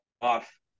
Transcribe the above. off